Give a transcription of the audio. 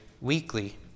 weekly